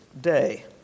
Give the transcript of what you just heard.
day